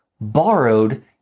borrowed